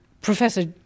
Professor